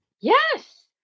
Yes